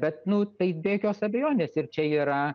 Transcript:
bet nu tai be jokios abejonės ir čia yra